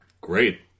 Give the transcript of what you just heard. great